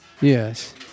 Yes